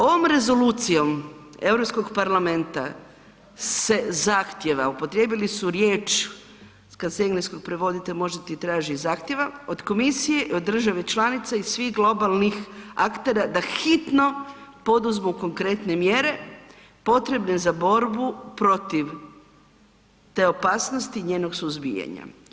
Ovom rezolucijom Europskog parlamenta se zahtjeva, upotrijebili su riječ, kad s engleskog prevodite možete i traži i zahtjeva, od komisije i od države članice i svih globalnih aktera da hitno poduzmu konkretne mjere potrebne za borbu protiv te opasnosti i njenog suzbijanja.